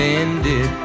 ended